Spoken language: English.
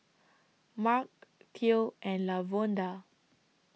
Marc Theo and Lavonda